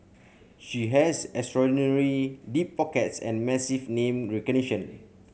she has extraordinarily deep pockets and massive name recognition